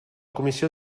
comissió